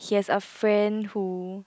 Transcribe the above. he has a friend who